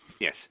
yes